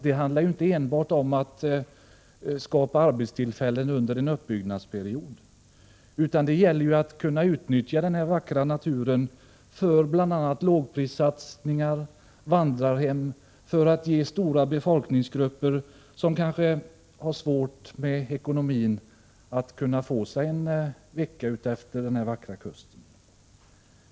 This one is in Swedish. Det handlar inte enbart om att skapa arbetstillfällen under en uppbyggnadsperiod, utan det gäller att utnyttja den vackra naturen bl.a. för lågprissatsningar, för vandrarhem och för att ge stora befolkningsgrupper som kanske har svårigheter med ekonomin möjligheter att tillbringa en vecka vid denna vackra kust.